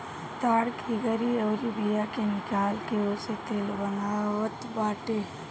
ताड़ की गरी अउरी बिया के निकाल के ओसे तेल बनत बाटे